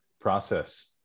process